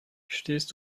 stehst